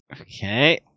Okay